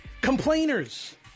Complainers